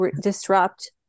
disrupt